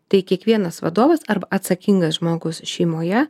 tai kiekvienas vadovas arba atsakingas žmogus šeimoje